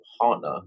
partner